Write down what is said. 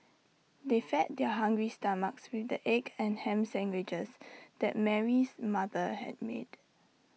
they fed their hungry stomachs with the egg and Ham Sandwiches that Mary's mother had made